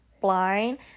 blind